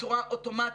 בצורה אוטומטית.